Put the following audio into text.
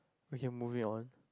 we can moving on